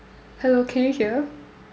hello can you hear